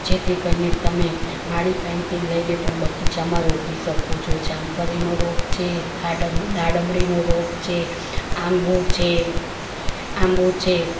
જેથી કરીને તમે મારી પાસેથી લઈને પણ બગીચામાં રોપી શકો છો જામફળીનો રોપ છે દાડમ દાડમડીનો રોપ છે આંબો છે આંબો છે